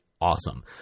awesome